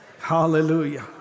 Hallelujah